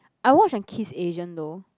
I watch on Kiss Asian though